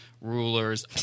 rulers